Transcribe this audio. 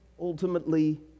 ultimately